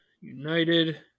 United